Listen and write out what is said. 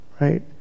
right